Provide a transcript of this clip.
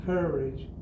Courage